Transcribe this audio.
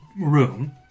room